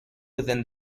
within